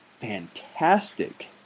fantastic